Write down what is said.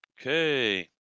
Okay